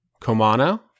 Komano